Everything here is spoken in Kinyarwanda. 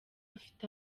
afite